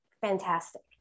fantastic